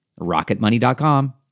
Rocketmoney.com